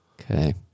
Okay